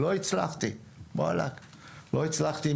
אני לא מדבר איתכם עכשיו על זה שתלכו ותטפלו